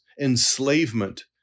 enslavement